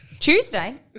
Tuesday